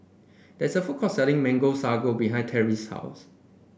there is a food court selling Mango Sago behind Terry's house